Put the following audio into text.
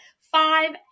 five